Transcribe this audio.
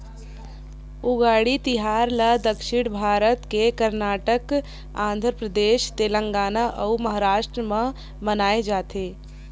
उगादी तिहार ल दक्छिन भारत के करनाटक, आंध्रपरदेस, तेलगाना अउ महारास्ट म मनाए जाथे